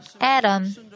Adam